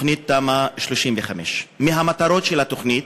תמ"א 35. ממטרות התוכנית,